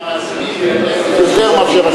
במצעד